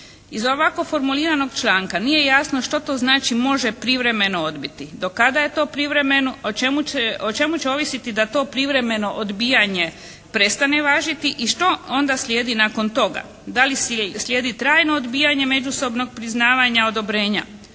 Iz ovako formuliranog članka nije jasno što to znači: «Može privremeno odbiti». Do kada je to privremeno? O čemu će, o čemu će ovisiti da to privremeno odbijanje prestane važiti i što onda slijedi nakon toga? Da li slijedi trajno odbijanje međusobnog priznavanja odobrenja?